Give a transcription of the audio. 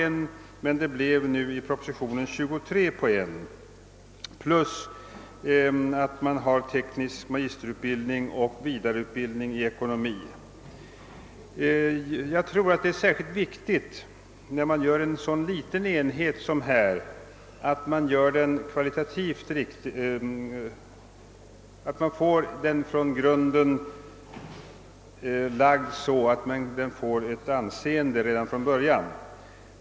Enligt propositionen blev det nu 23:1 plus att man skall tillgodose teknisk magisterutbildning och vidareutbildning i ekonomi. När man gör en så liten enhet som nu föreslås för Linköping, är det särskilt viktigt att den blir kvalitativt rätt sammansatt och från grunden så tillrättalagd att den redan från början får ett gott anseende.